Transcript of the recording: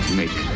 make